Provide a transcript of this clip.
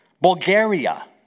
Bulgaria